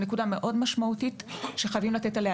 זו נקודה מאוד משמעותית שחייבים לתת עליה